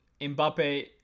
Mbappe